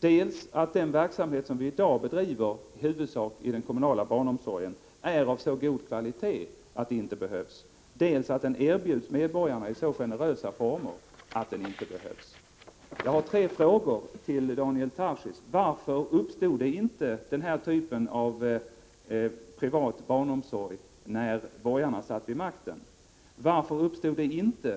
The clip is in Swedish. dels att den verksamhet som vi i dag bedriver i huvudsak i den kommunala barnomsorgen är av så god kvalitet, att det inte behövs privata daghem, dels att den kommunala barnomsorgen erbjuds medborgarna i så generösa former att privata daghem inte behövs. Jag har tre frågor till Daniel Tarschys: Varför uppstod inte den här typen av privat barnomsorg när borgarna satt vid makten? Varför uppstod den inte — Prot.